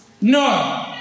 No